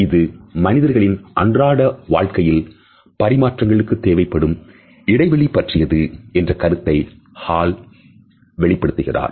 இது மனிதர்களின் அன்றாட வாழ்க்கையில்பரிமாற்றங்களுக்கு தேவைப்படும் இடைவெளி பற்றியது என்ற கருத்தை Hall ஹால்வெளிப்படுத்துகிறார்